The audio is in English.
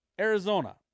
Arizona